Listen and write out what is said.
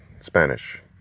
Spanish